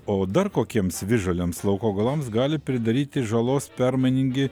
o dar kokiems visžaliams lauko augalams gali pridaryti žalos permainingi